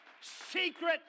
secret